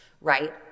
right